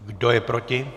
Kdo je proti?